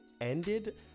ended